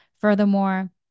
Furthermore